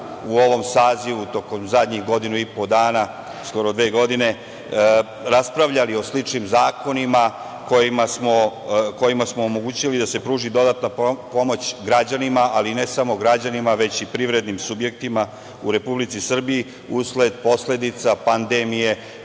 u ovom sazivu tokom zadnjih godinu i po dana, skoro dve godine, raspravljali o sličnim zakonima kojima smo omogućili da se pruži dodatna pomoć građanima, ali ne samo građanima, već i privrednim subjektima u Republici Srbiji usled posledica pandemije